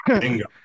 bingo